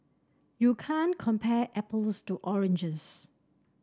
you can't compare apples to oranges